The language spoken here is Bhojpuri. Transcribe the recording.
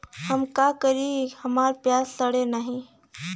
हम का करी हमार प्याज सड़ें नाही?